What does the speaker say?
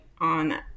on